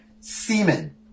semen